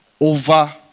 over